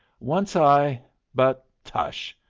once i but tush!